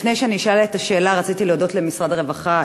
לפני שאשאל את השאלה רציתי להודות למשרד הרווחה,